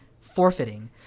forfeiting